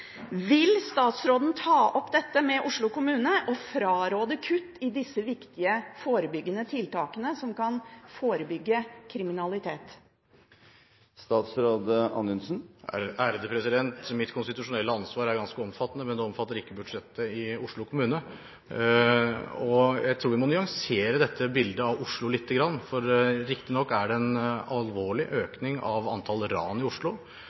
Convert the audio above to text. Vil statsråden ta opp dette med Oslo kommune og fraråde kutt i disse viktige forebyggende tiltakene, som kan forebygge kriminalitet? Mitt konstitusjonelle ansvar er ganske omfattende, men det omfatter ikke budsjettet i Oslo kommune. Jeg tror vi må nyansere dette bildet av Oslo lite grann. Riktignok er det en alvorlig økning av antall ran i Oslo,